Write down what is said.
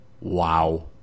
Wow